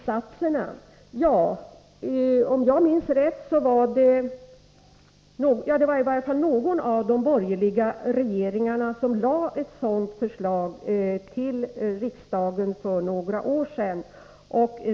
Beträffande snabbvinsatserna: Det var någon av de borgerliga regeringarna som för några år sedan framlade ett förslag till riksdagen om förbud mot snabbvinsatser.